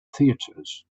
theatres